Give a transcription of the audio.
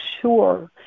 sure